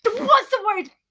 what's the word?